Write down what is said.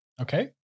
Okay